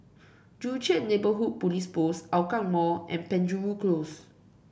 Joo Chiat Neighbourhood Police Post Hougang Mall and Penjuru Close